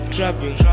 Trapping